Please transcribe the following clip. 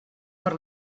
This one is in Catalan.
per